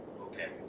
Okay